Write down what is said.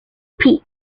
peat